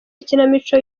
ikinamico